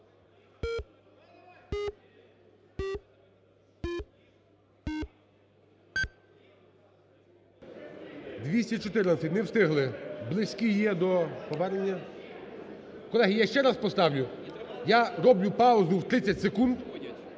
214, не встигли. Близькі є до повернення… Колеги, я ще раз поставлю. Я роблю паузу в 30 секунд.